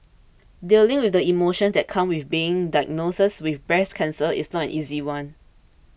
dealing with the emotions that come with being diagnosed with breast cancer is not an easy one